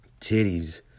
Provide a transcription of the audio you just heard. titties